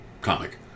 comic